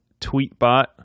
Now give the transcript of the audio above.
tweetbot